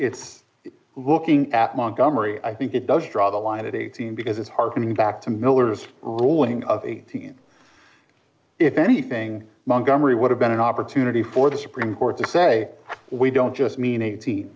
it's looking at montgomery i think it does draw the line at eighteen because it hearkening back to miller's ruling of eighteen if anything montgomery would have been an opportunity for the supreme court to say we don't just mean